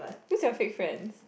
who's your fake friends